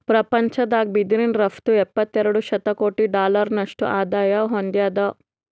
ಪ್ರಪಂಚದಾಗ್ ಬಿದಿರಿನ್ ರಫ್ತು ಎಪ್ಪತ್ತೆರಡು ಶತಕೋಟಿ ಡಾಲರ್ನಷ್ಟು ಆದಾಯ್ ಹೊಂದ್ಯಾದ್